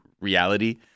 reality